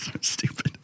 stupid